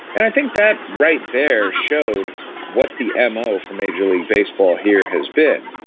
and i think that right there showed what the m o. for major league baseball here has been.